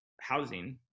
housing